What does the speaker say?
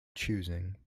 choosing